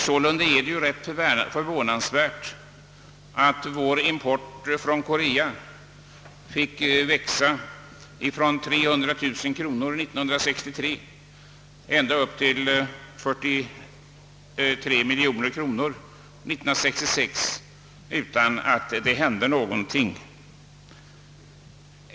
Sålunda är det ganska förvånansvärt att vår import från Korea fick växa från 300 000 kronor 1963 ända upp till 43 miljoner 1966 utan att det hände någonting.